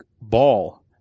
ball